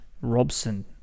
Robson